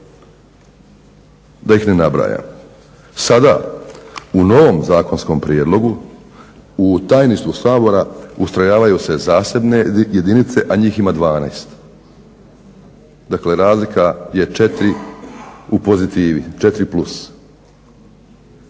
Da ih ne nabrajam. Sada u novom zakonskom prijedlogu u Tajništvu Sabora ustrojavaju se zasebne jedinice, a njih ima 12. Dakle razlika je 4 u pozitivi, 4 plus.